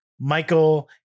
Michael